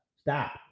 stop